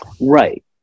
Right